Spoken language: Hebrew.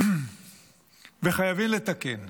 חייבים לתקן.